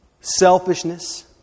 selfishness